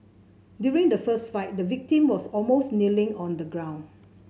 during the fist fight the victim was almost kneeling on the ground